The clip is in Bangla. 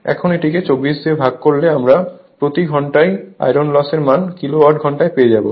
এখন এটিকে 24 দিয়ে ভাগ করলে আমরা প্রতি ঘন্টায় আয়রন লসের মান কিলোওয়াট ঘন্টায় পেয়ে যাব